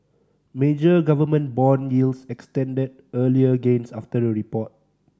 major government bond yields extended earlier gains after the report